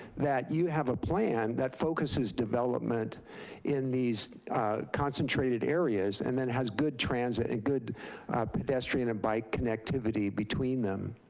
that you have a plan that focuses development in these concentrated areas, and then has good transit and good pedestrian and bike connectivity between them.